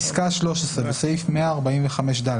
בסעיף 145(ד),